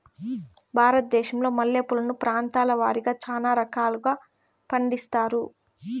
భారతదేశంలో మల్లె పూలను ప్రాంతాల వారిగా చానా రకాలను పండిస్తారు